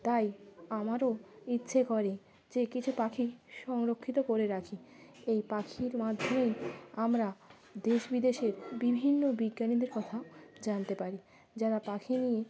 তাই আমারও ইচ্ছে করে যে কিছু পাখি সংরক্ষিত করে রাখি এই পাখির মাধ্যমেই আমরা দেশ বিদেশের বিভিন্ন বিজ্ঞানীদের কথাও জানতে পারি যারা পাখি নিয়ে